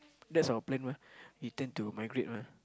that's our plan mah we plan to migrate mah